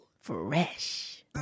fresh